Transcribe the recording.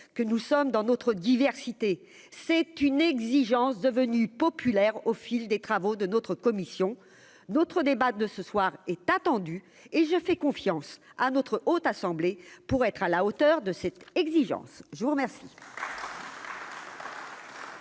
que nous sommes dans notre diversité, c'est une exigence devenu populaire au fil des travaux de notre commission d'notre débat de ce soir est attendu et je fais confiance à notre Haute assemblée pour être à la hauteur de ses exigences, je vous remercie.